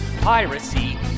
piracy